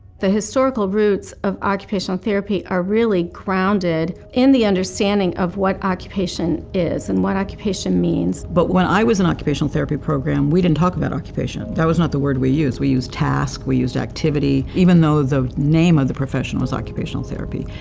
the historical roots of occupational therapy are really grounded in the understanding of what occupation is and what occupation means. but when i was in an occupational therapy program, we didn't talk about occupation, that was not the word we used. we used task we used activity even though the name of the profession was occupational therapy,